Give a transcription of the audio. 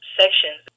sections